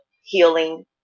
healing